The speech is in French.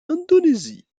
indonésie